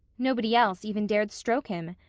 nobody else even dared stroke him.